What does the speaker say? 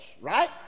right